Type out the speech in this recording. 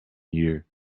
year